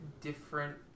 different